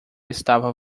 estava